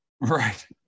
Right